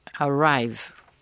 arrive